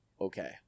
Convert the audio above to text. okay